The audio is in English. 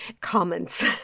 comments